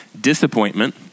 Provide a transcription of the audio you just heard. disappointment